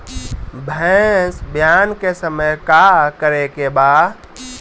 भैंस ब्यान के समय का करेके बा?